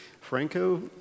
Franco